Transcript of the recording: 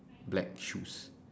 black shoes